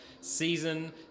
season